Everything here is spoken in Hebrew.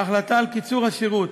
ההחלטה על קיצור השירות